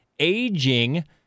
aging